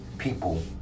people